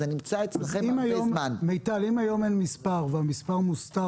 אם היום אין מספר והמספר מוסתר,